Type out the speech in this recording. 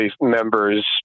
members